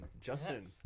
Justin